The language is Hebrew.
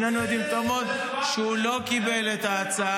שנינו יודעים טוב מאוד שהוא לא קיבל את ההצעה.